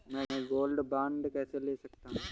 मैं gold bond कैसे ले सकता हूँ?